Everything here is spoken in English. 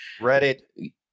Reddit